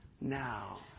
now